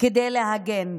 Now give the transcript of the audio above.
כדי להגן.